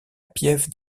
piève